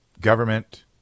Government